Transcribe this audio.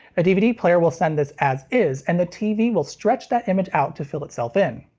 a dvd player will send this as is, and the tv will stretch that image out to fill itself in.